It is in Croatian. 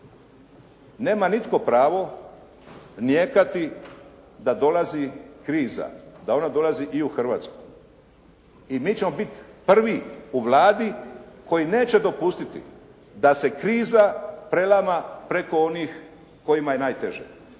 nema nitko pravo nijekati da dolazi kriza, da ona dolazi i u Hrvatsku i mi ćemo biti prvi u Vladi koji neće dopustiti da se kriza prelama preko onih kojima je najteže